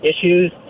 issues